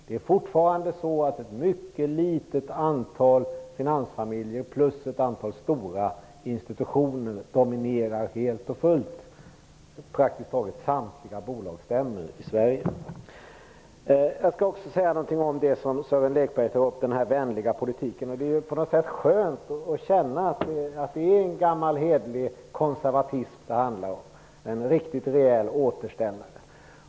Det är fortfarande ett mycket litet antal finansfamiljer plus ett antal stora institutioner som helt och fullt dominerar praktiskt taget samtliga bolagsstämmor i Sverige. Jag skall också säga några ord om den vänliga politik som också Sören Lekberg tog upp. Det är på något sätt skönt att känna att det är en gammal hederlig konservatism det handlar om - en riktigt rejäl återställare.